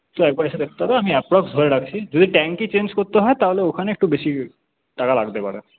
তো একবার এসে দেখতে হবে আমি অ্যাপ্রক্স ধরে রাখছি যদি ট্যাঙ্কি চেঞ্জ করতে হয় তাহলে ওখানে একটু বেশি টাকা লাগতে পারে